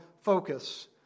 focus